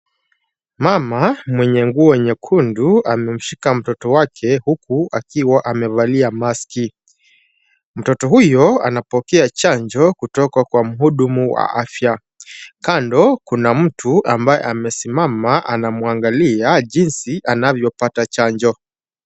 Mama mwenye nguo nyekundu amemshika mtoto wake huku akiwa amevalia mask . Mtoto huyo anapokea chanjo kutoka kwa mhudumu wa afya. Kando kuna mtu ambaye amesimama anamwangalia jinsi anavyopata chanjo.